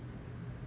ah